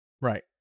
Right